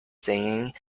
saying